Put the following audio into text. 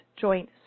joint